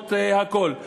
למרות הכול.